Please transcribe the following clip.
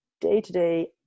day-to-day